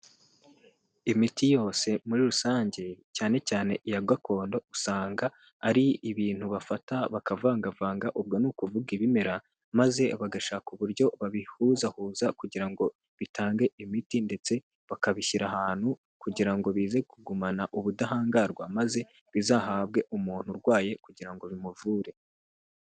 Imiti yose muri rusange cyane cyane iya gakondo usanga ari ibintu bafata bakavangavanga ubwo ni ukuvuga ibimera, maze bagashaka uburyo babihuzahuza kugira ngo bitange imiti ndetse bakabishyira ahantu kugira ngo bize kugumana ubudahangarwa, maze bizahabwe umuntu urwaye kugira ngo bimuvure.